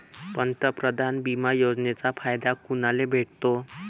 पंतप्रधान बिमा योजनेचा फायदा कुनाले भेटतो?